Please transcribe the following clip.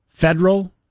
Federal